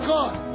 God